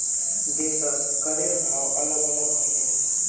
देशत करेर भाव अलग अलग ह छेक